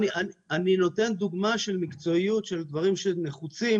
אני נותן דוגמה של מקצועיות של דברים שנחוצים